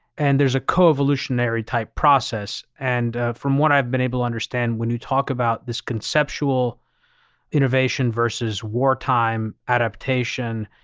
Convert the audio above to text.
and there's a co-evolutionary type process. and from what i've been able to understand when you talk about this conceptual innovation versus wartime adaptation,